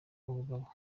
ubugabo